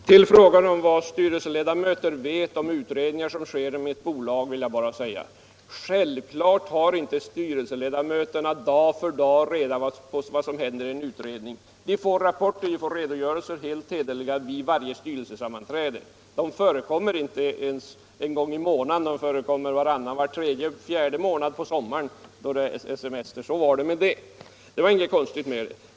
Herr talman! Till frågan om vad styrelseledamöter vet om utredningar som sker inom bolaget vill jag bara säga: Självklart har inte styrelseledamöter dag för dag reda på vad som händer i en utredning. De får rapporter och redogörelser, helt hederliga, vid varje styrelsesammanträde. Och de förekommer inte ens en gång i månaden. De förekommer varannan eller var tredje månad — eller var fjärde månad på sommaren då det är semester. Så var det med det. Det var inget konstigt.